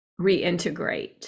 reintegrate